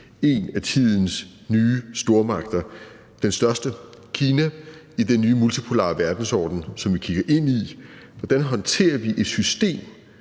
en af tidens nye stormagter, den største, Kina, i den nye multipolare verdensorden, som vi kigger ind i. Hvordan håndterer vi et system,